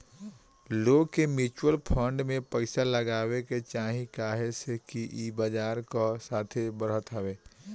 लोग के mutual fund में पइसा लगावे के चाही काहे से कि ई बजार कअ साथे बढ़त हवे